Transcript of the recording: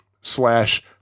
slash